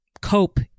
cope